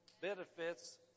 benefits